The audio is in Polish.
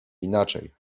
inaczej